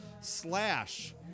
slash